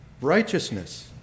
righteousness